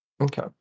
Okay